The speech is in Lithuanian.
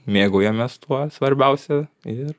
mėgaujamės tuo svarbiausia ir